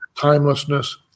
Timelessness